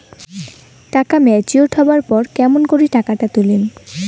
টাকা ম্যাচিওরড হবার পর কেমন করি টাকাটা তুলিম?